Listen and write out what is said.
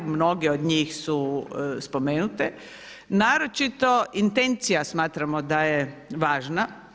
Mnoge od njih su spomenute, naročito intencija smatramo da je važna.